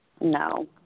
No